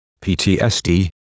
PTSD